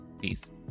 Peace